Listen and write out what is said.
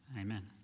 Amen